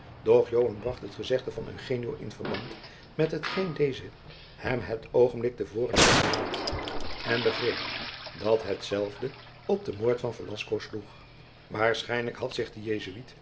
bracht het gezegde van eugenio in verband met hetgeen deze hem het oogenblik te voren had verhaald en begreep dat hetzelve op den moord van velasco sloeg waarschijnlijk had zich de jesuit